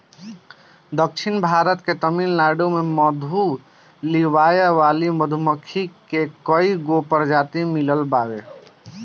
दक्षिण भारत के तमिलनाडु में मधु लियावे वाली मधुमक्खी के कईगो प्रजाति मिलत बावे